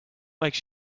makes